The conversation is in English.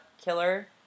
Killer